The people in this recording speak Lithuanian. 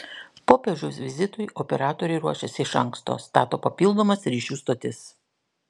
popiežiaus vizitui operatoriai ruošiasi iš anksto stato papildomas ryšių stotis